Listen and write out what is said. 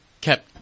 kept